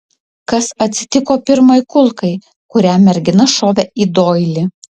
kas atsitiko pirmai kulkai kurią mergina šovė į doilį